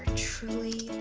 truly